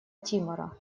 тимора